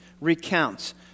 recounts